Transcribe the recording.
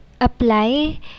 apply